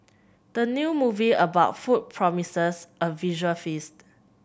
the new movie about food promises a visual feast